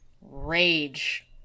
rage